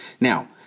Now